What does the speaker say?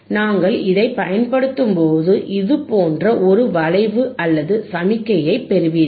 நாங்கள் இதைப் பயன்படுத்தும்போது இது போன்ற ஒரு வளைவு அல்லது சமிக்ஞையைப் பெறுவீர்கள்